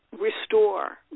restore